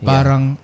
Parang